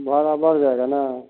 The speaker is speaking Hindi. भाड़ा बढ़ जाएगा ना